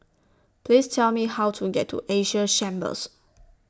Please Tell Me How to get to Asia Chambers